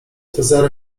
cezary